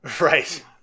Right